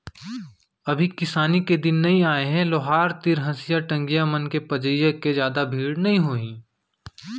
अभी किसानी के दिन नइ आय हे लोहार तीर हँसिया, टंगिया मन के पजइया के जादा भीड़ नइ होही